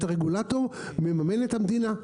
את הרגולטור מממנת המדינה,